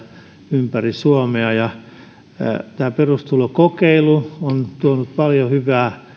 ympäri suomea perustulokokeilu on tuonut paljon hyvää